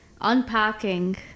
Unpacking